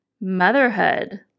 motherhood